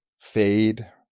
fade